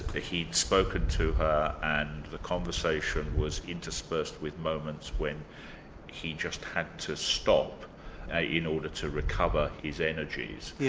ah he'd spoken to her and the conversation was interspersed with moments when he just had to stop ah in order to recover his energies.